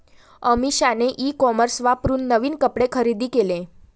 अमिषाने e commerce वापरून नवीन कपडे खरेदी केले